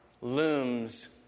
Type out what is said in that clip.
looms